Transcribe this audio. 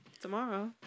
Tomorrow